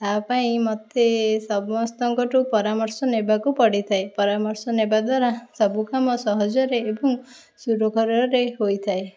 ତା ପାଇଁ ମୋତେ ସମସ୍ତଙ୍କଠୁ ପରାମର୍ଶ ନେବାକୁ ପଡ଼ିଥାଏ ପରାମର୍ଶ ନେବା ଦ୍ୱାରା ସବୁକାମ ସହଜରେ ଏବଂ ସୁରୁଖୁରରେ ହୋଇଥାଏ